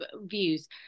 views